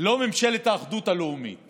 לא ממשלת האחדות הלאומית